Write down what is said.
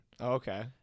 Okay